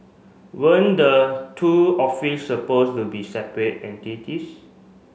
weren't the two office supposed to be separate